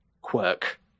quirk